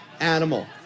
animal